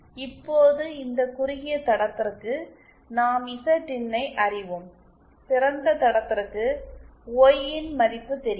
இப்போது இந்த குறுகிய தடத்திற்கு நாம் இசட் இன்னை அறிவோம் திறந்த தடத்திற்கு ஒய்இன் மதிப்பு தெரியும்